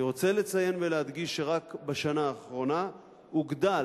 אני רוצה לציין ולהדגיש שרק בשנה האחרונה הוגדל